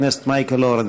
חבר הכנסת מייקל אורן.